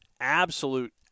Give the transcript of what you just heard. absolute